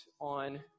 on